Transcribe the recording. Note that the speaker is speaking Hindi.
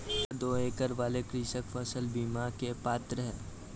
क्या दो एकड़ वाले कृषक फसल बीमा के पात्र हैं?